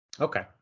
Okay